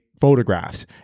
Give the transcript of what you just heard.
photographs